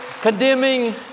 condemning